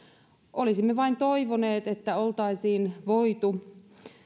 olisimme vain toivoneet että oltaisiin voitu